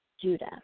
Judah